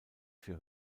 für